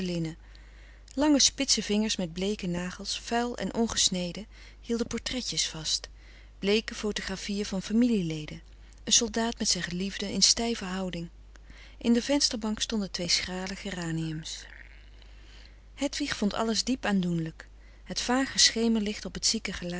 lange spitse vingers met bleeke nagels vuil en ongesneden hielden portretjes vast bleeke fotografiën van familieleden een soldaat met zijn geliefde in stijve houding in de vensterbank stonden twee schrale geraniums hedwig vond alles diep aandoenlijk het vale schemerlicht op het zieke gelaat